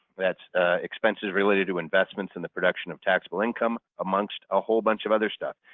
that's expenses related to investments and the production of taxable income amongst a whole bunch of other stuff.